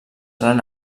gran